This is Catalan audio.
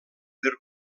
per